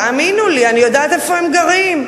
תאמינו לי, אני יודעת איפה הם גרים.